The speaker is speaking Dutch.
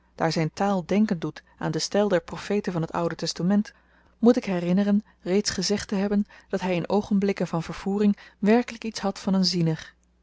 daar zyn taal denken doet aan den styl der profeten van t oude testament moet ik herinneren reeds gezegd te hebben dat hy in oogenblikken van vervoering werkelyk iets had van een ziener